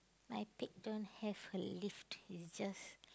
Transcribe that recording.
my pig don't have her leaf it's just